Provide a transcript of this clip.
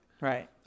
Right